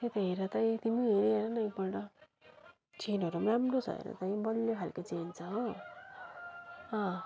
त्यही त हेर त तिमी पनि हेरिहेर न एकपल्ट चेनहरू पनि राम्रो छ हेर त इ बलियो खालको चेन छ हो अँ